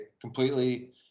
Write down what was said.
completely